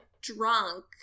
drunk